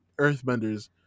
earthbenders